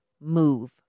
move